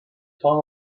far